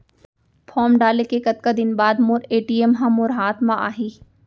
Form डाले के कतका दिन बाद मोर ए.टी.एम ह मोर हाथ म आही?